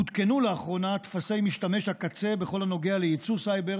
עודכנו לאחרונה טופסי משתמש הקצה בכל הנוגע ליצוא סייבר